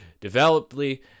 developedly